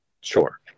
Sure